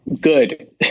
good